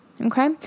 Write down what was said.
okay